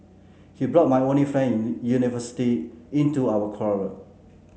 he brought my only friend university into our quarrel